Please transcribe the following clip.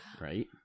Right